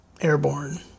airborne